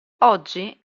oggi